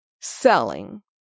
selling